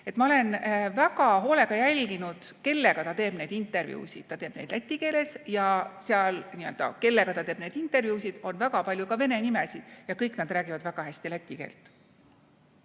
Ma olen väga hoolega jälginud, kellega ta teeb intervjuusid. Ta teeb need läti keeles ja kõik, kellega ta teeb intervjuusid, seal on väga palju ka vene nimesid, nad räägivad väga hästi läti keelt.